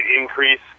increase